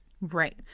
Right